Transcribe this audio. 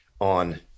on